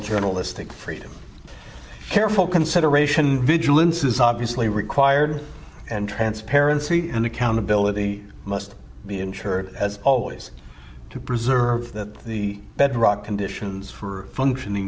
journalistic freedom careful consideration vigilance is obviously required and transparency and accountability must be ensured as always too preserve that the bedrock conditions for functioning